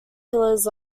pillars